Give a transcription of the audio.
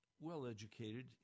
well-educated